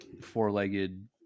four-legged